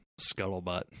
scuttlebutt